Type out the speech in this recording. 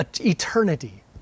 eternity